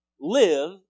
live